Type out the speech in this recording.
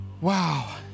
wow